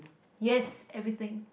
yes everything